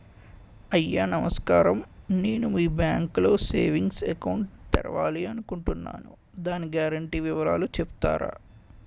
అయ్యా నమస్కారం నేను మీ బ్యాంక్ లో సేవింగ్స్ అకౌంట్ తెరవాలి అనుకుంటున్నాను దాని గ్యారంటీ వివరాలు చెప్తారా?